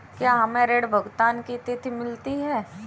क्या हमें ऋण भुगतान की तिथि मिलती है?